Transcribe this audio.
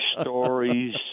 stories